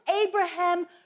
Abraham